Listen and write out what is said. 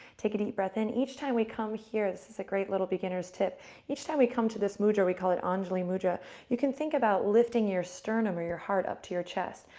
take a deep breath in. each time we come here, this is a great little beginners' tip each time we come to this mudra, we call it anjali mudra, you can think about lifting your sternum or your heart up to your chest.